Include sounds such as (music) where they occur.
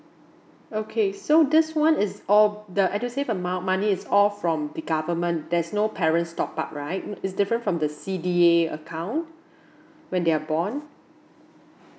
okay so this one is all the edusave amount money is all from the government there's no parents' top up right mm it's different from the C_D_A account (breath) when they are born